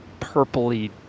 purpley